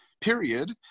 period